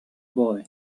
boy